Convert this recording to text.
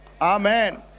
Amen